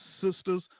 sisters